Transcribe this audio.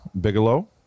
Bigelow